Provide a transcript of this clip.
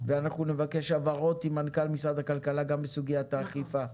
ואנחנו נבקש הבהרות עם מנכ"ל משרד הכלכלה גם בסוגיית האכיפה.